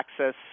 access